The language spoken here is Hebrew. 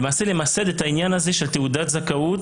למעשה למסד את העניין הזה של תעודת זכאות,